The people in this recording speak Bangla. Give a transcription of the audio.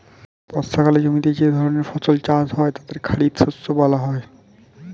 বর্ষাকালে জমিতে যে ধরনের ফসল চাষ হয় তাদের খারিফ শস্য বলা হয়